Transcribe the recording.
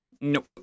Nope